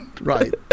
Right